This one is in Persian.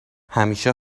همیشه